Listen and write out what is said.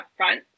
upfront